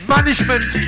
Management